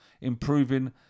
improving